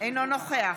אינו נוכח